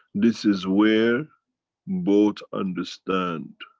this is where both understand.